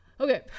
okay